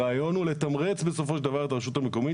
הרעיון הוא לתמרץ בסופו של דבר את הרשות המקומית